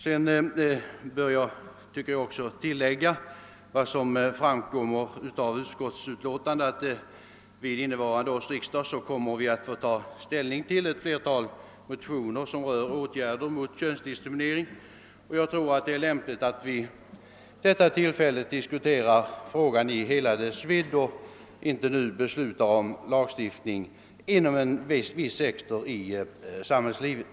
Sedan vill jag också påpeka vad som står i utskottsutlåtandet, att vi vid innevarande års riksdag kommer att få ta ställning till ett flertål motioner som rör åtgärder mot könsdiskriminering. Jag tror det är lämpligt att vi vid det tillfället diskuterar frågan i hela dess vidd och inte nu beslutar om lagstiftning inom en viss sektor av samhällslivet.